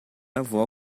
avó